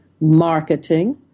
marketing